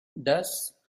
thus